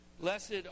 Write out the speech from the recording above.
Blessed